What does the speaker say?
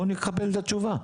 בוא נקבל את התשובה.